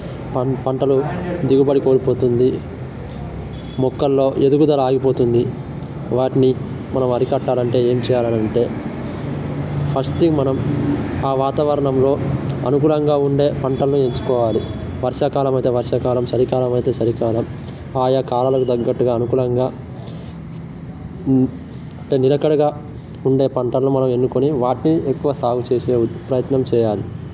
పం పంటలు దిగుబడి కోల్పోతుంది మొక్కల్లో ఎదుగుదల ఆగిపోతుంది వాటిని మనం అరికట్టాలంటే ఏం చేయాలనంటే ఫస్ట్ థింగ్ మనం ఆ వాతావరణంలో అనుకూలంగా ఉండే పంటలను ఎంచుకోవాలి వర్షాకాలం అయితే వర్షాకాలం చలికాలం అయితే చలికాలం ఆయా కాలాలకు తగ్గట్టుగా అనుకూలంగా అంటే నిలకడగా ఉండే పంటను మనం ఎన్నుకొని వాటిని ఎక్కువ సాగు చేసే ప్రయత్నం చేయాలి